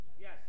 Yes